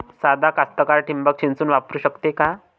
सादा कास्तकार ठिंबक सिंचन वापरू शकते का?